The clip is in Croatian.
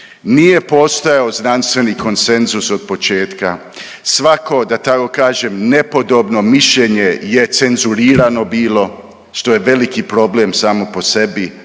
nije postojao znanstveni konsenzus od početka, svako da tako kažem nepodobno mišljenje je cenzurirano bilo što je veliki problem samo po sebi.